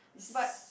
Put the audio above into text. but